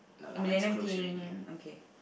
millennium pink okay